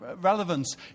relevance